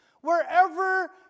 wherever